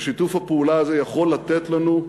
ושיתוף הפעולה הזה יכול לתת לנו